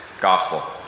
gospel